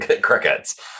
crickets